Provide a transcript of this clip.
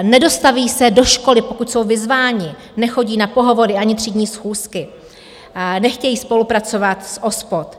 Nedostaví se do školy, pokud jsou vyzváni, nechodí na pohovory ani třídní schůzky, nechtějí spolupracovat s OSPOD.